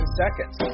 seconds